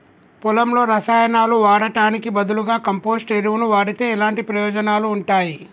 పొలంలో రసాయనాలు వాడటానికి బదులుగా కంపోస్ట్ ఎరువును వాడితే ఎలాంటి ప్రయోజనాలు ఉంటాయి?